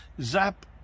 Zap